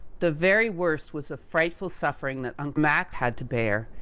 the very worst was a frightful suffering that um max had to bear.